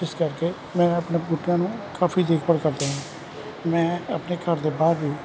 ਇਸ ਕਰਕੇ ਮੈਂ ਆਪਣੇ ਬੂਟਿਆਂ ਨੂੰ ਕਾਫੀ ਦੇਖ ਭਾਲ ਕਰਦਾ ਹਾਂ ਮੈਂ ਆਪਣੇ ਘਰ ਦੇ ਬਾਹਰ ਵੀ